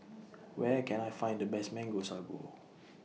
Where Can I Find The Best Mango Sago